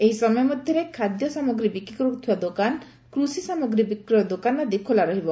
ଏହି ସମୟ ମଧରେ ଖାଦ୍ୟ ସାମଗ୍ରୀ ବିକ୍ରି କରୁଥିବା ଦୋକାନ କୃଷି ସାମଗ୍ରୀ ବିକ୍ରୟ ଦୋକାନ ଆଦି ଖୋଲା ରହିବ